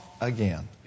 again